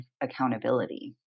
accountability